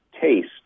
taste